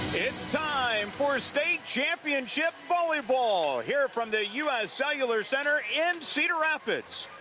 it's time for state championship volleyball here from the u s. cellular center in cedar rapids,